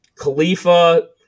Khalifa